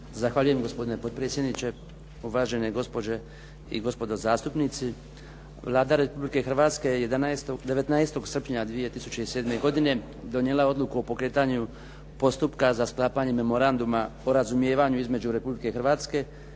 Zahvaljujem, gospodine potpredsjedniče. Uvažene gospođe i gospodo zastupnici. Vlada Republike Hrvatske je 19. srpnja 2007. godine donijela odluku o pokretanju postupka za sklapanje Memoranduma o razumijevanju između Republike Hrvatske